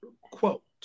quote